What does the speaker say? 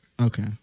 Okay